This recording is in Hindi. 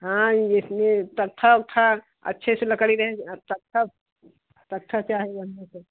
हाँ जिसमें तख़्ता उख़्ता अच्छे से लकड़ी रहे आ तख़्ता तख़्ता चाहिए हमें तो